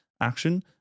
action